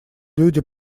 люди